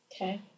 Okay